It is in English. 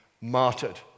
martyred